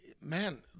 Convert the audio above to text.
man